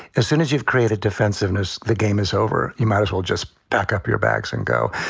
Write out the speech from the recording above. as soon as you've created defensiveness. the game is over. you might as well just pack up your bags and go.